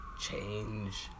change